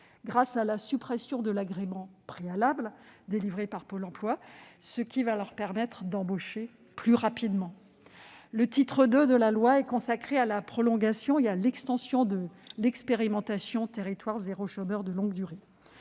grâce à la suppression de l'agrément préalable délivré par Pôle emploi, ce qui leur permettra d'embaucher plus rapidement. Le titre II a pour objet de prolonger et d'étendre l'expérimentation « territoires zéro chômeur de longue durée